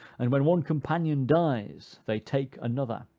and when one companion dies they take another.